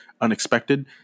unexpected